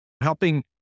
helping